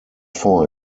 four